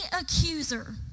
accuser